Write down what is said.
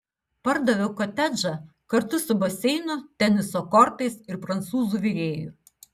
pardaviau kotedžą kartu su baseinu teniso kortais ir prancūzų virėju